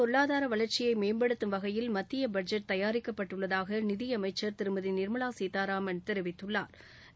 பொருளாதார வளர்ச்சியை மேம்படுத்தம் வகையில் மத்திய பட்ஜெட் நாட்டின் தயாரிக்கப்பட்டுள்ளதாக நிதியமைச்சா் திருமதி நிா்மலா சீதாராமன் தெரிவித்துள்ளாா்